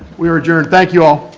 we are adjourned. thank you all.